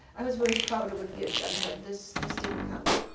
i was very proud of what we had done, but this this didn't count.